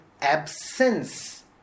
absence